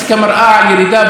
אבל אני מבשר לכם,